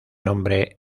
nombre